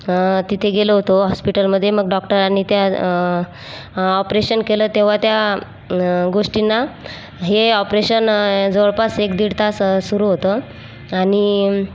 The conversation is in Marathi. आ तिथं गेलो होतो हॉस्पिटलमध्ये मग डॉक्टरांनी त्या ऑपरेशन केलं तेव्हा त्या गोष्टींना हे ऑपरेशन जवळपास एक दीड तास सुरू होतं आणि